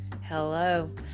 hello